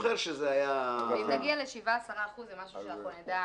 אם נגיע ל-7%, 10%, זה משהו שאנחנו נדע